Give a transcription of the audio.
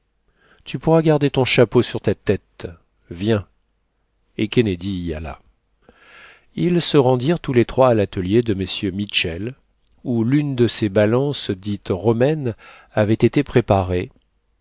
tu pourras garder ton chapeau sur ta tête viens et kennedy y alla ils se rendirent tous les trois à l'atelier de mm mittchell où l'une de ces balances dites romaines avait été préparée